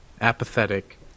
apathetic